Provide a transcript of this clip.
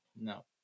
No